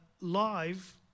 live